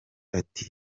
ati